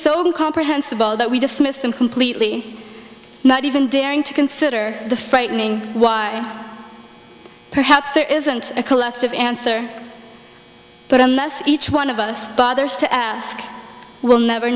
be comprehensible that we dismiss them completely not even daring to consider the frightening why perhaps there isn't a collective answer but unless each one of us bothers to ask we'll never